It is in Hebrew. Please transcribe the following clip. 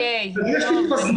יש לי פה הזמנות,